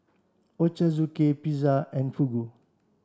Ochazuke Pizza and Fugu